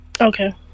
Okay